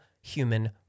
human